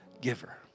giver